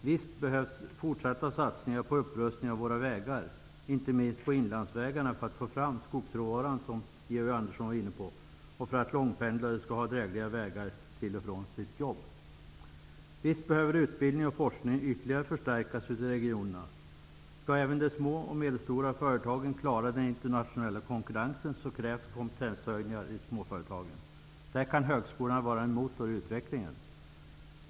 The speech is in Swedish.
Visst behövs fortsatta satsningar på upprustning av våra vägar, inte minst på inlandsvägarna, för att få fram skogsråvara, som Georg Andersson var inne på, och för att långpendlare skall ha drägliga vägar till och från sitt arbete. Visst behöver utbildningen och forskningen ytterligare förstärkas ute i regionerna. Skall även de små och medelstora företagen klara den internationella konkurrensen krävs kompetenshöjningar i småföretagen. Där kan högskolorna vara en motor i utvecklingen.